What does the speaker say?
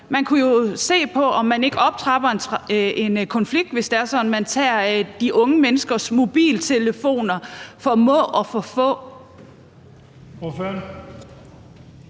Man kunne jo se på, om man ikke optrapper en konflikt, hvis det er sådan, at man tager de unge menneskers mobiltelefoner på må og få.